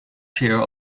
chair